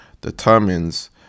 determines